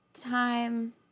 time